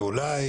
ואולי,